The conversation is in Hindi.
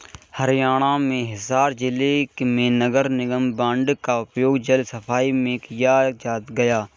हरियाणा में हिसार जिले में नगर निगम बॉन्ड का उपयोग जल सफाई में किया गया